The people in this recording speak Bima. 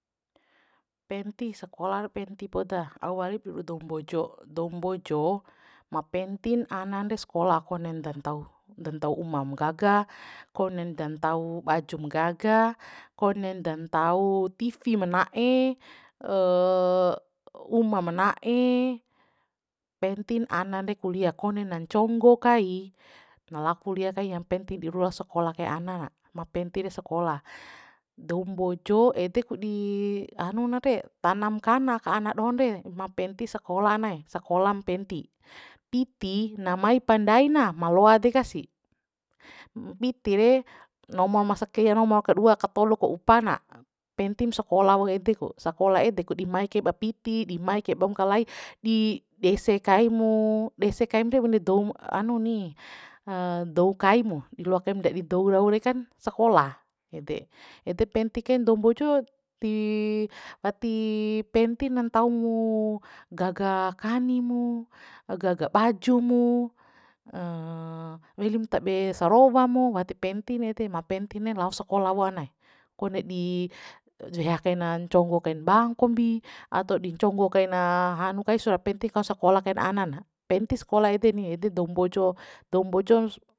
Penti sakola re penti poda au walipu ru'u dou mbojo dou mbojo ma pentin anan re skola konen da ntau da ntau umam gaga konen da ntau bajum gaga konen da ntau tivi ma na'e uma ma na'e pentin ananre kuliah kone na nconggo kai na lao kuliah kai yang penting di ruu sakolah kai ana na ma pentin re sakola dou mbojo edek di hanu na re tanamkan aka ana dohon re ma penti sakolah ana ee sakolam penti piti na maipa ndai na ma loa deka sih piti re nomo ma sake roma kadua ka tolu ka upa na pentin sakolah wau ede ku sakola ede ku di mai kaiba piti di mai kaib ma kalai di di dese kaimu dese kaim re bune doum hanu ni dou kai mu diloa kaim ndadi dou rau re kan sakolah ede ede penti kain dou mbojo ti wati pentin na ntau mu gaga kani mu gaga baju mu welim tabe sarowa mu wati pentin ede ma pentin nen lao sakola wo ana kone di hea kaina nconggo kain bang kombi ato di nconggo kain hanu kai sura penti kau sakolah kain ana na penti skola ede ni ede dou mbojo dou mbojo